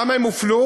למה הם הופלו?